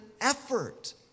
effort